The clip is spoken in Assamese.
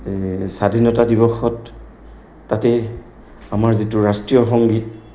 স্বাধীনতা দিৱসত তাতেই আমাৰ যিটো ৰাষ্ট্ৰীয় সংগীত